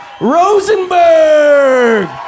Rosenberg